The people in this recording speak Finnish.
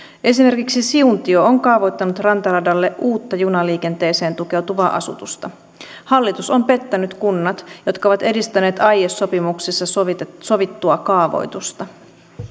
esimerkiksi siuntio on kaavoittanut rantaradalle uutta junaliikenteeseen tukeutuvaa asutusta hallitus on pettänyt kunnat jotka ovat edistäneet aiesopimuksissa sovittua sovittua kaavoitusta